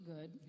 good